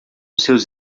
seus